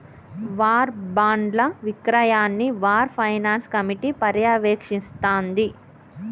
war బాండ్ల విక్రయాన్ని war finance committee పర్యవేక్షిస్తాంది